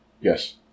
Yes